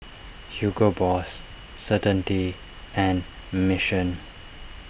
Hugo Boss Certainty and Mission